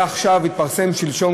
התפרסם שלשום,